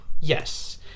Yes